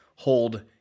hold